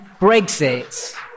Brexit